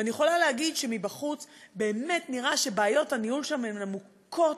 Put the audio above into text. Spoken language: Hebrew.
ואני יכולה להגיד שמבחוץ באמת נראה שבעיות הניהול שם הן עמוקות,